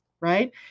right